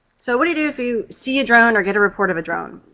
so, what do you do if you see a drone or get a report of a drone?